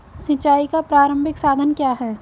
सिंचाई का प्रारंभिक साधन क्या है?